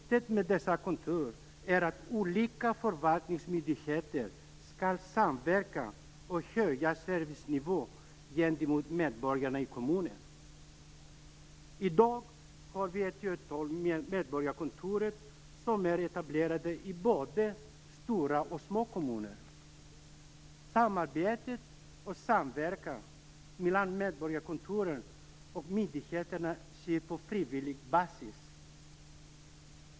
Syftet med dessa kontor är att olika förvaltningsmyndigheter skall samverka och höja servicenivån gentemot medborgarna i kommunen. I dag har vi ett tiotal medborgarkontor som är etablerade i både stora och små kommuner. Samarbetet och samverkan mellan medborgarkontoren och myndigheterna sker på frivillig basis.